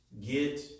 get